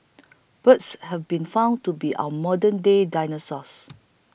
birds have been found to be our modernday dinosaurs